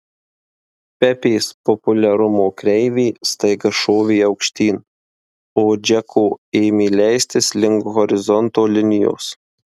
pepės populiarumo kreivė staiga šovė aukštyn o džeko ėmė leistis link horizonto linijos